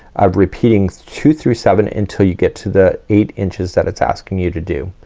of repeating two through seven, until you get to the eight inches that it's asking you to do.